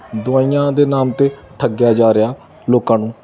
ਦਵਾਈਆਂ ਦੇ ਨਾਮ 'ਤੇ ਠੱਗਿਆ ਜਾ ਰਿਹਾ ਲੋਕਾਂ ਨੂੰ